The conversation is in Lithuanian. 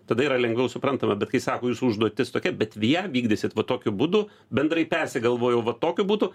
tada yra lengviau suprantama bet kai sako jūsų užduotis tokia bet ją vykdysit va tokiu būdu bendrai persigalvojau va tokiu būdu